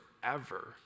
forever